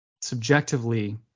subjectively